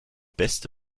beste